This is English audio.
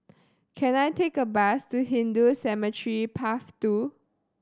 can I take a bus to Hindu Cemetery Path Two